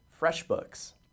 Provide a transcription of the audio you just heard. FreshBooks